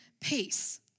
peace